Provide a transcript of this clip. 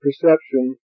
perception